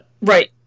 Right